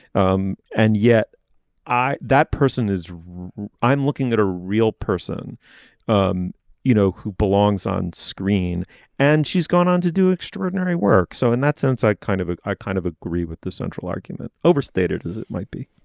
um and yet i that person is i'm looking at a real person um you know who belongs on screen and she's gone on to do extraordinary work. so in and that sense i kind of i kind of agree with the central argument overstated as it might be